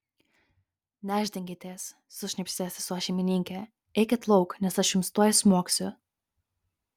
nešdinkitės sušnypštė sesuo šeimininkė eikit lauk nes aš jums tuoj smogsiu